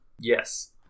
Yes